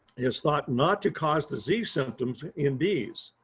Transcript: is thought not to cause disease symptoms in bees.